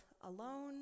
alone